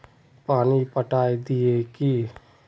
पानी पटाय दिये की?